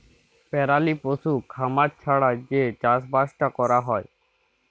পেরালি পশু খামারি ছাড়া যে চাষবাসট ক্যরা হ্যয়